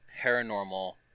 paranormal